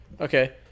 Okay